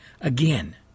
again